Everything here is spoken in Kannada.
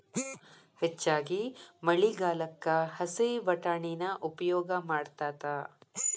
ಹೆಚ್ಚಾಗಿ ಮಳಿಗಾಲಕ್ಕ ಹಸೇ ವಟಾಣಿನ ಉಪಯೋಗ ಮಾಡತಾತ